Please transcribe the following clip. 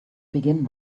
begin